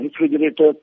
refrigerator